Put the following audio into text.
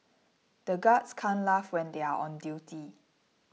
the guards can't laugh when they are on duty